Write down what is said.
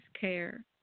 care